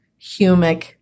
humic